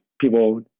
people